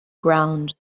ground